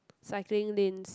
cycling lanes